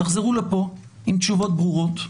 תחזרו לפה עם תשובות ברורות.